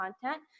content